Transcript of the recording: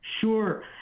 sure